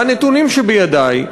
הנתונים שבידי,